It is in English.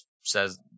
says